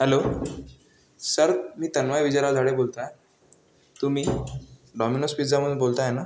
hello sir मी तन्मय विजयराव धाडे बोलतो आहे तुम्ही डॉमिनोज पिज्जामधून बोलताय ना